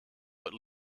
but